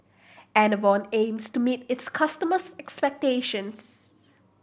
enervon aims to meet its customers' expectations